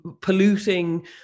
polluting